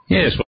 Yes